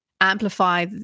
amplify